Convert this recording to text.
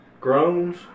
groans